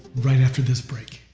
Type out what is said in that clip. right after this break.